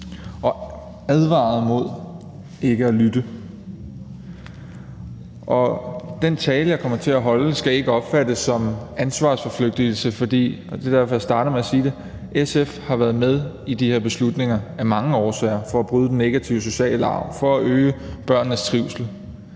de advarede mod ikke at lytte. Den tale, jeg kommer til at holde, skal ikke opfattes som ansvarsforflygtigelse for – og det er derfor, jeg starter med at sige det – SF har været med i de her beslutninger af mange årsager, bl.a. for at bryde den negative sociale arv og for at øge børnenes trivsel.